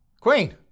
Queen